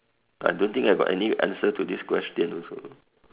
I don't think I got any answer to this question also